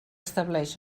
estableix